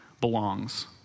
belongs